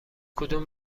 کدوم